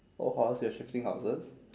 old house you're shifting houses